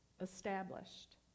established